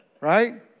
right